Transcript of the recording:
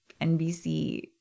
NBC